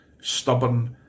stubborn